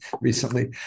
recently